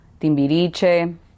Timbiriche